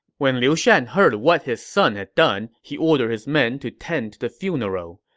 when liu shan heard what his son had done, he ordered his men to tend to the funeral.